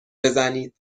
بزنید